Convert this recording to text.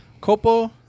copo